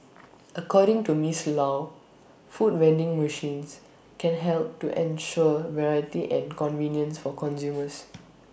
according to miss low food vending machines can help to ensure variety and convenience for consumers